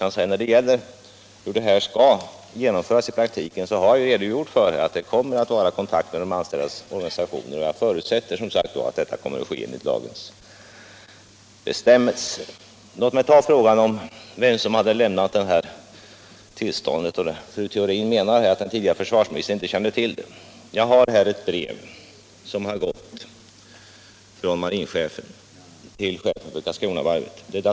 När det gäller genomförandet i praktiken har jag ju förklarat att det kommer att tas kontakt med de anställdas organisationer, och jag förutsätter, som sagt, att det också sker enligt lagens bestämmelser. Låt mig ta upp frågan om vem som lämnat tillståndet. Fru Theorin menar att den tidigare försvarsministern inte kände till saken. Jag har här ett brev, daterat den 17 augusti, från marinchefen till chefen för Karlskronavarvet.